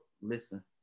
listen